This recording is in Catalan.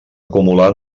acumular